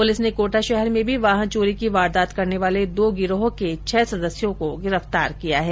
प्रलिस ने कोटा शहर में भी वाहन चोरी की वारदात करने वाले दो गिरोहों के छह सदस्यों को गिरफ्तार किया है